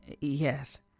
yes